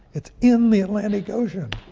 it's in the atlantic ocean.